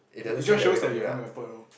it it just shows that you have no effort lor